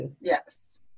yes